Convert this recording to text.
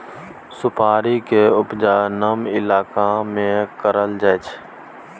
सुपारी के उपजा नम इलाका में करल जाइ छइ